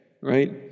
Right